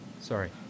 Sorry